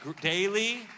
daily